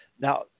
Now